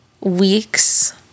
weeks